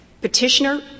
Petitioner